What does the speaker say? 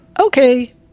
okay